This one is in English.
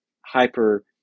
hyper